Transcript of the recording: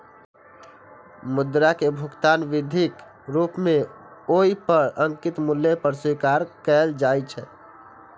मुद्रा कें भुगतान विधिक रूप मे ओइ पर अंकित मूल्य पर स्वीकार कैल जाइ छै